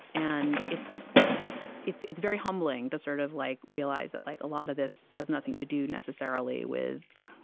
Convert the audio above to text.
and it's it's it's very humbling, the sort of like realize that like a lot of this has nothing to do necessarily with